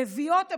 לביאות הבקעה,